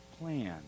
plan